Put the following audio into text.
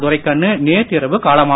துரைக்கண்ணு நேற்றிரவு காலமானார்